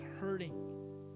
hurting